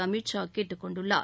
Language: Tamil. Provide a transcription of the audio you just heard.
அமித் ஷா கேட்டுக் கொண்டுள்ளார்